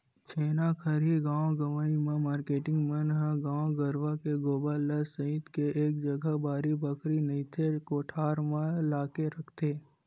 छेना खरही गाँव गंवई म मारकेटिंग मन ह गाय गरुवा के गोबर ल सइत के एक जगा बाड़ी बखरी नइते कोठार म लाके रखथे